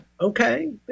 okay